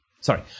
Sorry